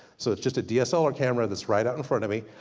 so it's just a dslr camera that's right out in front of me,